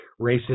racist